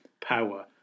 power